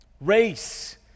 Race